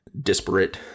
disparate